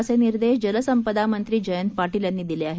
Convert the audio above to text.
असे निर्देश जलसंपदा मंत्री जयंत पाटील यांनी दिले आहेत